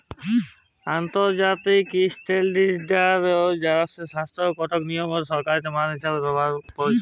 আলতর্জাতিক ইসট্যানডারডাইজেসল সংস্থা ইকট লিয়লতরলকারি মাল হিসাব ক্যরার পরিচালক